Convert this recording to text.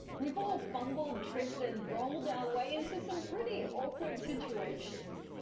we've all fumbled, tripped and rolled our way into some pretty awkward situations.